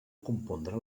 compondre